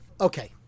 Okay